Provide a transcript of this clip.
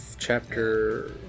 chapter